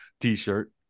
T-shirt